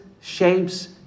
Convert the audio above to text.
shapes